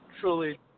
truly